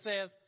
says